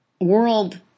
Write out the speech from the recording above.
world